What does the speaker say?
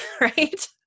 right